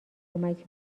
کمک